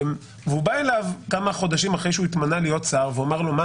והוא בא אליו כמה חודשים אחרי שהוא התמנה להיות שר והוא אמר לו: מה,